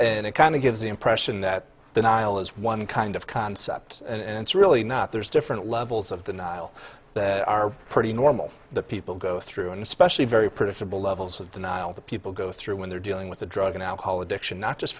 and it kind of gives the impression that denial is one kind of concept and it's really not there's different levels of denial that are pretty normal the people go through and especially very predictable levels of denial that people go through when they're dealing with a drug and alcohol addiction not just